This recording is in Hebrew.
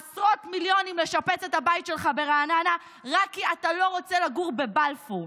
עשרות מיליונים לשפץ את הבית שלך ברעננה רק כי אתה לא רוצה לגור בבלפור.